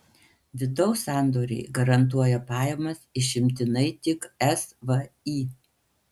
vidaus sandoriai garantuoja pajamas išimtinai tik svį